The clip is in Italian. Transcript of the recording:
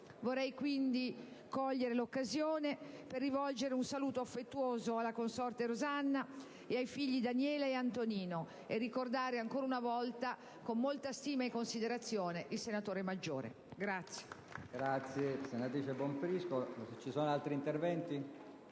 Vorrei quindi cogliere l'occasione per rivolgere un saluto affettuoso alla consorte Rosanna e ai figli Daniele e Antonino e ricordare ancora una volta con molta stima e considerazione il senatore Maggiore.